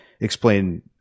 explain